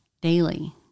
daily